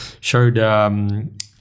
showed